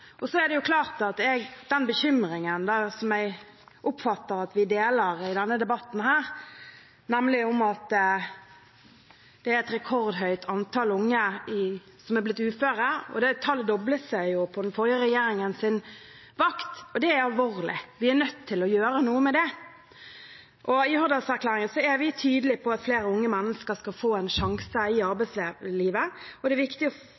Så er det klart at det er en bekymring jeg oppfatter at vi deler i denne debatten, nemlig at det er et rekordhøyt antall unge som er blitt uføre – og det tallet doblet seg på den forrige regjeringens vakt – og det er alvorlig. Vi er nødt til å gjøre noe med det. I Hurdalserklæringen er vi tydelig på at flere unge mennesker skal få en sjanse i arbeidslivet, og det er viktig å